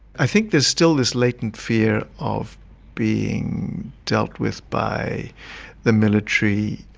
i think there's still this latent fear of being dealt with by the military.